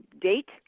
date